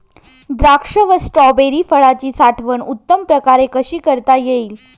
द्राक्ष व स्ट्रॉबेरी फळाची साठवण उत्तम प्रकारे कशी करता येईल?